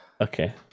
Okay